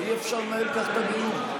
אי-אפשר לנהל ככה את הדיון.